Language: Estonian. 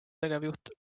tegevjuht